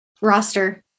roster